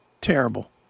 terrible